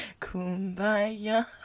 kumbaya